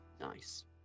Nice